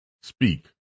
speak